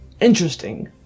interesting